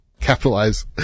capitalize